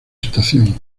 estación